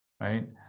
right